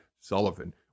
Sullivan